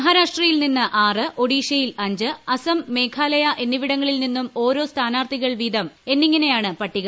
മഹ്റാരാഷ്ട്രയിൽ നിന്ന് ആറ് ഒഡീഷയിൽ അഞ്ച് അസം മേക്ലാല്യ എന്നിവിടങ്ങളിൽ നിന്നും ഓരോ സ്ഥാനാർത്ഥികൾ വീതം എന്നിങ്ങനെയാണ് പട്ടിക